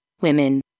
women